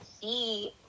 see